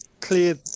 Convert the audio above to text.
clear